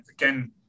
again